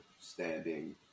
standing